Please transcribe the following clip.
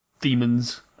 demons